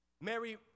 Mary